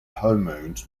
hormones